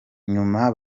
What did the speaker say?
nyuma